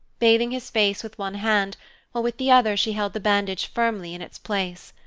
bathing his face with one hand while with the other she held the bandage firmly in its place.